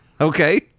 Okay